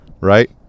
right